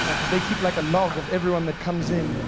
and because they keep like a log of everyone that comes in.